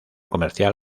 comercial